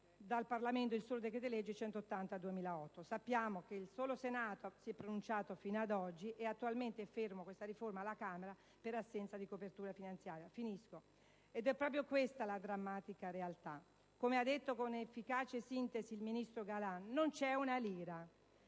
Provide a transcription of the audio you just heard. dal Parlamento il solo decreto-legge n. 180 del 2008. Sappiamo che il solo Senato si è pronunciato fino ad oggi e attualmente questa riforma è ferma alla Camera per assenza di copertura finanziaria. Ed è proprio questa la drammatica realtà. Come ha detto con efficace sintesi il ministro Galan, non c'è una lira.